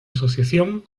asociación